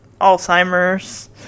Alzheimer's